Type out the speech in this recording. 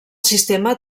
sistema